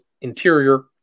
interior